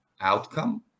outcome